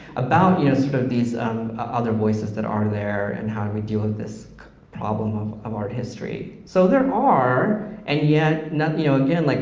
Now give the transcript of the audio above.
about you know sort of these um other voices that are there and how and we deal with this problem of um art history, so there are, and yet, you know again, like